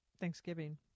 Thanksgiving